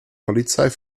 polizei